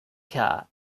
car